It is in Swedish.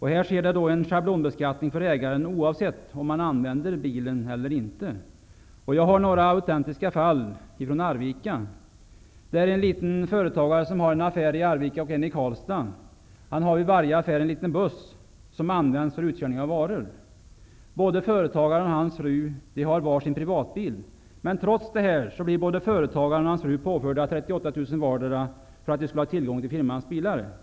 Här sker det en schablonbeskattning för ägaren oavsett om man använder bilen privat eller inte. Jag har som exempel några autentiska fall från Arvika. En småföretagare som har en affär i Arvika och en i Karlstad har vid varje affär en liten buss som används för utkörning av varor. Både företagaren och hans fru har var sin privatbil. Men trots detta blir både företagaren och hans fru påförda 38 000 kr vardera för att de skulle ha tillgång till firmans bilar.